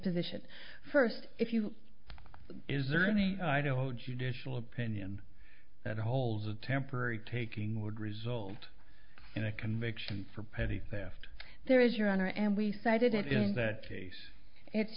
position first if you is ernie i don't hold you digital opinion that holds a temporary taking would result in a conviction for petty theft there is your honor and we cited it in that case it's